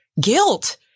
guilt